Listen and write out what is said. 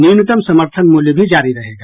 न्यूनतम समर्थन मूल्य भी जारी रहेगा